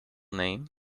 name